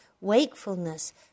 wakefulness